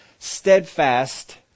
Steadfast